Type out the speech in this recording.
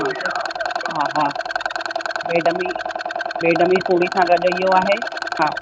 हा हा बेडमी बेडमी पूड़ी सां गॾु इहो आहे हा